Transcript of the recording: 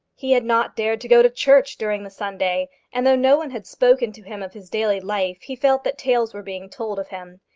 he had not dared to go to church during the sunday and though no one had spoken to him of his daily life, he felt that tales were being told of him.